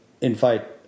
invite